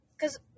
Cause